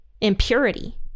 impurity